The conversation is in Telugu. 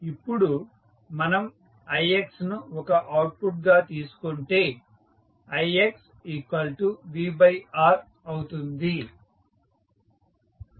ఇప్పుడు మనం ix ను ఒక అవుట్పుట్ గా తీసుకుంటే ixvR అవుతుంది